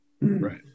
Right